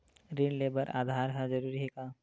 ऋण ले बर आधार ह जरूरी हे का?